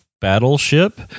Battleship